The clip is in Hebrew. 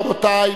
רבותי,